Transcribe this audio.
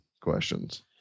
questions